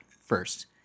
first